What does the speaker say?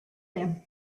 him